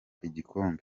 igikombe